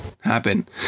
happen